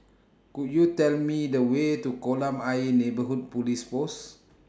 Could YOU Tell Me The Way to Kolam Ayer Neighbourhood Police Post